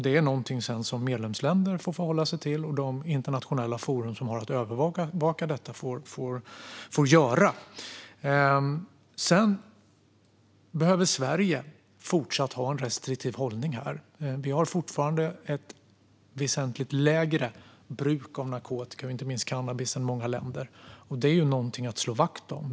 Det är någonting som medlemsländer får förhålla sig till, och de internationella forum som har att övervaka detta får göra det. Sedan behöver Sverige fortsatt ha en restriktiv hållning här. Vi har fortfarande ett väsentligt lägre bruk av narkotika, inte minst cannabis, än många länder, och det är någonting att slå vakt om.